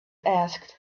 asked